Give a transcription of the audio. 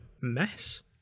mess